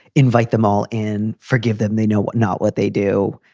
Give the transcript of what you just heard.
invite them all in. forgive them. they know what not what they do.